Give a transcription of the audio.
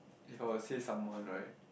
if I will say someone right